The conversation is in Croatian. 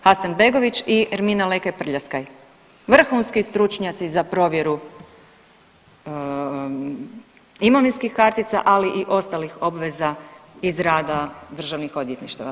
Hasanbegović i Ermina Lekaj Prljaskaj, vrhunski stručnjaci za provjeru imovinskih kartica ali i ostalih obveza iz rada državnih odvjetništava.